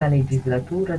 legislatura